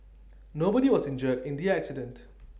nobody was injured in the accident